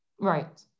Right